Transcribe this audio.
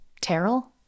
Terrell